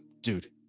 dude